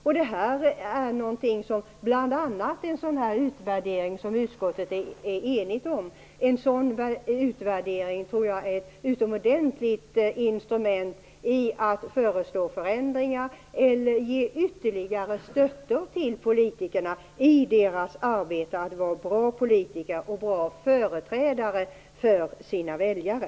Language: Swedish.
Jag tror att en utvärdering av den typ som utskottet är enigt om är ett utomordentligt instrument för att föreslå förändringar eller ge ytterligare stöttor till politikerna i arbetet med att vara bra politiker och bra företrädare för sina väljare.